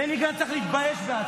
בני גנץ צריך להתבייש בעצמו.